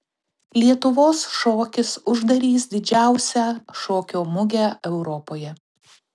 lietuvos šokis uždarys didžiausią šokio mugę europoje